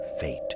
fate